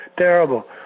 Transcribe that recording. terrible